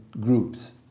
groups